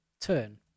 turn